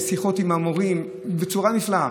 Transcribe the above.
שיחות עם המורים בצורה נפלאה,